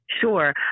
Sure